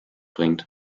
bringt